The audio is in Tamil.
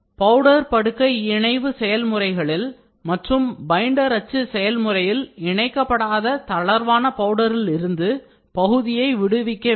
பவுடர் படுக்கை இணைவு செயல்முறையில் மற்றும் பைண்டர் அச்சு செயல்முறையில் இணைக்கப்படாத தளர்வான பவுடரில் இருந்து பகுதியை விடுவிக்க வேண்டும்